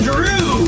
Drew